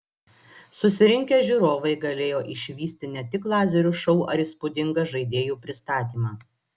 susirinkę žiūrovai galėjo išvysti ne tik lazerių šou ar įspūdingą žaidėjų pristatymą